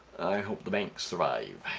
i hope the banks survive